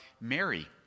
Mary